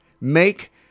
Make